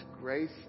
grace